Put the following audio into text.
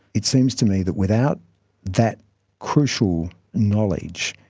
it seems to me that without that crucial knowledge,